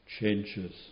changes